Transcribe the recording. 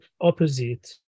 opposite